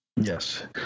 Yes